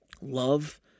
love